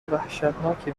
وحشتناکی